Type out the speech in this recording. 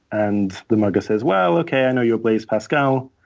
and the mugger says, well, okay, i know you're blaise pascal.